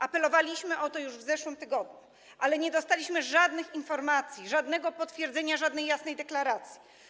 Apelowaliśmy o to już w zeszłym tygodniu, ale nie dostaliśmy żadnych informacji, żadnego potwierdzenia, żadnej jasnej deklaracji.